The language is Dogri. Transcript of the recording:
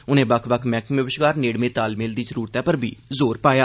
उन्ने बक्ख बक्ख मैहकमें बश्कार नेड़मे तालमेल दी जरूरतै पर बी जोर पाया